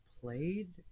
played